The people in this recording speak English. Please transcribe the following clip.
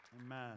Amen